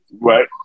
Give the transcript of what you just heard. Right